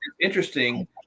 interesting